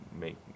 make